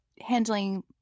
handling